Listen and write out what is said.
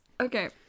okay